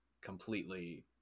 completely